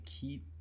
keep